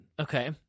okay